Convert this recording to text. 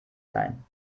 sein